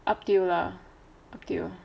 up to you lah up to you